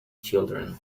children